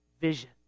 vision